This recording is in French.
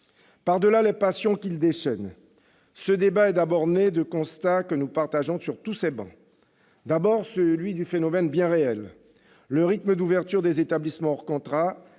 Par-delà les passions qu'il déchaîne, ce débat est d'abord né de constats que nous partageons sur toutes ces travées. D'abord, il s'agit d'un phénomène bien réel. Le rythme d'ouverture des établissements hors contrat